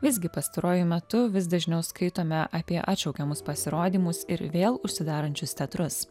visgi pastaruoju metu vis dažniau skaitome apie atšaukiamus pasirodymus ir vėl užsidarančius teatrus